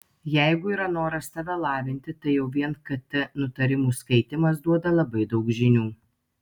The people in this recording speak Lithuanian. jeigu yra noras save lavinti tai jau vien kt nutarimų skaitymas duoda labai daug žinių